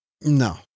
No